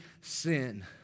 sin